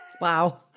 Wow